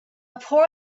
poor